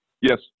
Yes